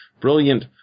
brilliant